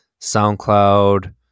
SoundCloud